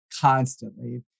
constantly